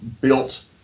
built